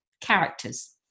characters